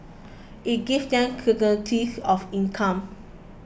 it gives them certainty of income